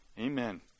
Amen